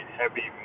heavy